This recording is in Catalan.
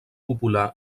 popular